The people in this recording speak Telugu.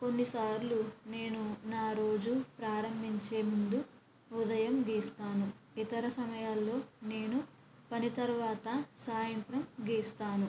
కొన్నిసార్లు నేను నా రోజు ప్రారంభించే ముందు ఉదయం గీస్తాను ఇతర సమయాలలో నేను పని తరువాత సాయంత్రం గీస్తాను